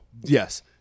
Yes